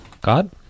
god